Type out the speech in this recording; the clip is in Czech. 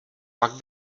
pak